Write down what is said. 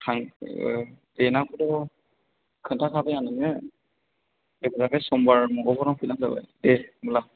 थाङो देटखौथ' खोनथाखाबाय आं नोंनो जेखुनजाया बे समबार मंगलबाराव फैबानो जाबाय दे होनब्ला